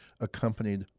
accompanied